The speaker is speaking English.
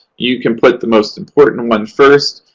you can put the most important one first.